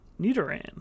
Nidoran